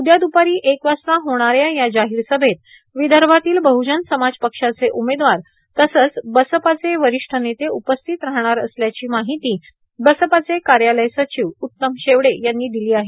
उद्या द्रपारी एक वाजता होणाऱ्या या जाहीर सभेत विदर्भातील बहुजन समाज पक्षाचे उमेदवार तसंच बसपाचे वरिष्ठ नेते उपस्थित राहणार असल्याची माहिती बसपाचे कार्यालय सचिव उत्तम शेवडे यांनी दिली आहे